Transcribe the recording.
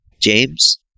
James